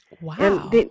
Wow